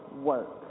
work